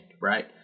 right